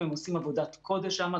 הם עושים עבודת קודש שם,